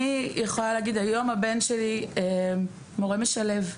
אני יכולה להגיד, היום הבן שלי מורה משלב.